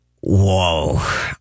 whoa